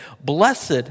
blessed